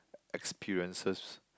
experiences